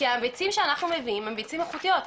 כי הביצים שאנחנו מביאים הן ביצים איכותיות.